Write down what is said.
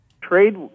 Trade